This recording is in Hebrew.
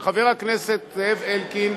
שחבר הכנסת זאב אלקין,